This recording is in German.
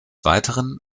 weiteren